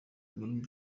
müller